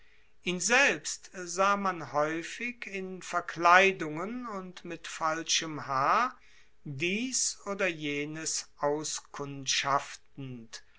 ihn selbst sah man haeufig in verkleidungen und mit falschem haar dies oder jenes auskundschaftend